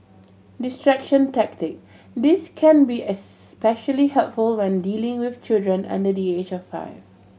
distraction tactic this can be especially helpful when dealing with children under the age of five